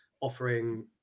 offering